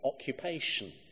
occupation